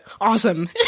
awesome